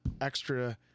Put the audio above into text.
extra